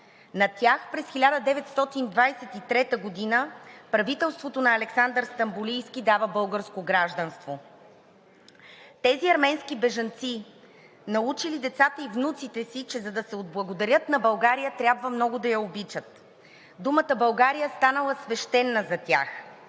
На тях през 1923 г. правителството на Александър Стамболийски дава българско гражданство. Тези арменски бежанци, научили децата и внуците си, че за да се отблагодарят на България, трябва много да я обичат. Думата България станала свещена за тях